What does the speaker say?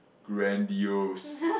grandiose